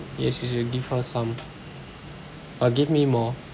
yes you should give her some but give me more